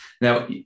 Now